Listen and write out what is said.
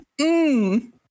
Mmm